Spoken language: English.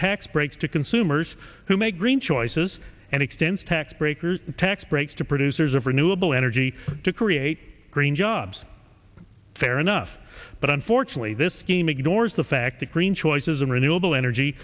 tax breaks to consumers who make green choices and extends tax break or tax breaks to producers of renewable energy to create green jobs fair enough but unfortunately this scheme ignores the fact that green choices in renewable energy